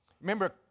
Remember